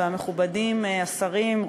והמכובדים השרים,